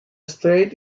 strait